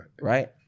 right